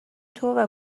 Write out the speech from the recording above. توو